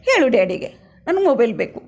ಹೇಳು ಡ್ಯಾಡಿಗೆ ನನಗೆ ಮೊಬೈಲ್ ಬೇಕು